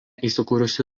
įsikūrusi